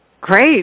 Great